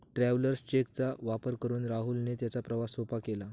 travellers cheque चा वापर करून राहुलने त्याचा प्रवास सोपा केला